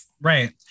Right